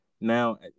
now